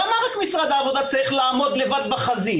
למה רק משרד העבודה צריך לעמוד לבד בחזית?